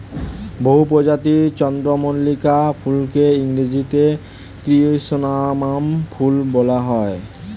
বহু প্রজাতির চন্দ্রমল্লিকা ফুলকে ইংরেজিতে ক্রিস্যান্থামাম ফুল বলা হয়